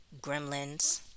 gremlins